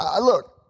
look